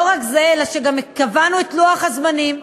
לא רק זה, אלא שקבענו את לוח הזמנים.